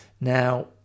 Now